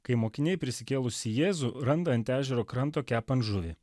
kai mokiniai prisikėlusį jėzų randa ant ežero kranto kepant žuvį